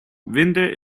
winter